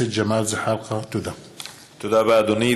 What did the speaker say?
תודה רבה, אדוני.